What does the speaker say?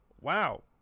wow